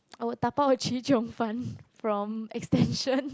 I will dabao chee-cheong-fun from extension